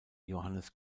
johannes